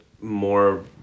more